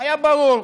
היה ברור: